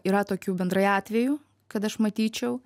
yra tokių bendrai atvejų kad aš matyčiau